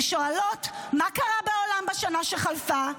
ושואלות: מה קרה בעולם בשנה שחלפה?